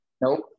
Nope